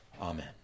Amen